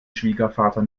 schwiegervater